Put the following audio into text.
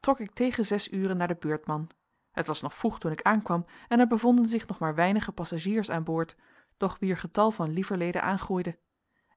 trok ik tegen zes uren naar den beurtman het was nog vroeg toen ik aankwam en er bevonden zich nog maar weinige passagiers aan boord doch wier getal van lieverlede aangroeide